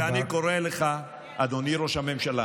אני קורא לך, אדוני ראש הממשלה: